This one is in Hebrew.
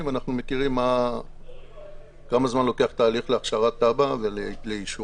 אנחנו יודעים כמה זמן לוקח תהליך להכשרת תב"ע ולאישורה.